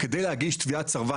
צריך להגיש תביעת סרבן,